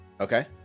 okay